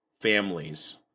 families